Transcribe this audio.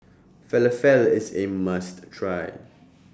Falafel IS A must Try